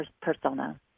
persona